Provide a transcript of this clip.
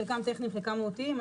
חלקם טכניים וחלקם מהותיים,